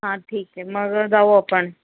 हां ठीक आहे मग जाऊ आपण